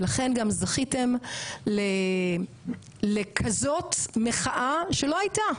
ולכן גם זכיתם לכזאת מחאה שלא הייתה,